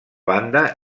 banda